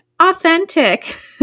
authentic